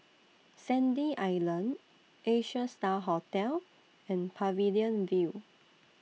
Sandy Island Asia STAR Hotel and Pavilion View